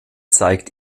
zeigt